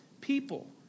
people